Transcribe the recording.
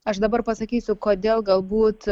aš dabar pasakysiu kodėl galbūt